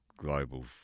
global